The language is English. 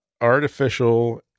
artificial